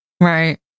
Right